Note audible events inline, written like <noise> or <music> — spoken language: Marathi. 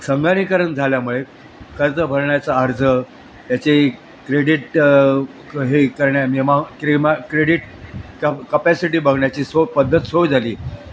संगनीकरण झाल्यामुळे कर्ज भरण्याचा अर्ज याची क्रेडीट हे करण्या <unintelligible> क्रेमा क्रेडीट क कपॅसिटी बघण्याची सो पद्धत सोय झाली